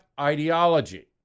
ideology